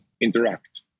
interact